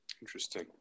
interesting